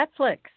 Netflix